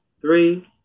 Three